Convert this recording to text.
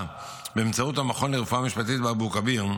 באמצעות המכון לרפואה משפטית באבו כביר,